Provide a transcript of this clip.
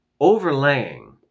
overlaying